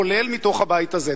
כולל מתוך הבית הזה.